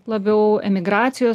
labiau emigracijos